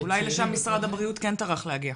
אולי לשם משרד הבריאות כן טרח להגיע.